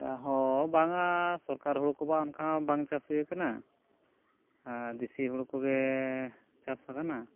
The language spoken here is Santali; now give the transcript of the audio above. ᱦᱮᱸ ᱵᱟᱝᱼᱟ ᱥᱚᱨᱠᱟᱨ ᱦᱩᱲᱩ ᱠᱚᱢᱟ ᱚᱱᱠᱟ ᱵᱟᱝ ᱪᱟᱥ ᱦᱩᱭ ᱟᱠᱟᱱᱟ ᱟᱨ ᱫᱮᱥᱤ ᱦᱩᱲᱩ ᱠᱚᱜᱮ ᱪᱟᱥ ᱟᱠᱟᱱᱟ